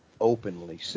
openly